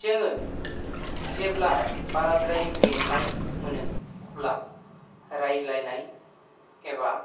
जोङो जेब्ला बाराद्राय मेंनाय मोनो अब्ला रायज्लायनाय एबा